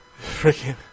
freaking